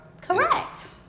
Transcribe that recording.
Correct